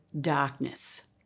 darkness